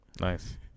Nice